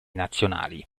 nazionali